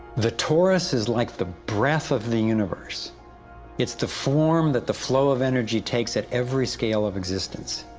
the torus is like the breath of the universe it's the form that the flow of energy takes at every scale of existence.